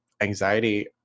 anxiety